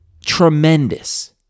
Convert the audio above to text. tremendous